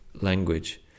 language